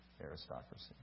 aristocracy